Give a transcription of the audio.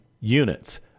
units